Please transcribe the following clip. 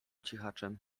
cichaczem